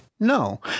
No